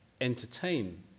entertain